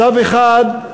מצב אחד,